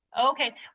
Okay